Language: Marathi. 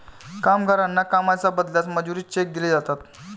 कामगारांना कामाच्या बदल्यात मजुरीचे चेक दिले जातात